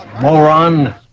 moron